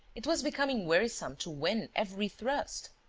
it was becoming wearisome to win every thrust.